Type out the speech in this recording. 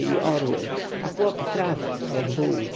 i orły a chłopi trawy jak wół